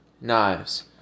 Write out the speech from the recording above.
knives